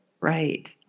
Right